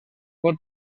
pot